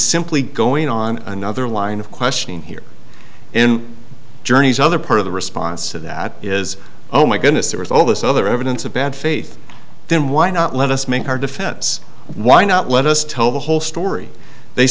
simply going on another line of questioning here in journey's other part of the response to that is oh my goodness there is all this other evidence of bad faith then why not let us make our defense why not let us tell the whole story they